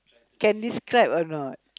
can describe or not